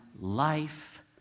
life